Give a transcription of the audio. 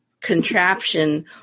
contraption